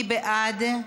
מי בעד?